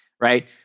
right